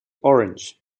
orange